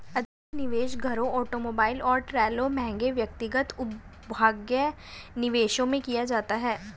अधिक निवेश घरों ऑटोमोबाइल और ट्रेलरों महंगे व्यक्तिगत उपभोग्य निवेशों में किया जाता है